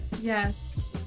Yes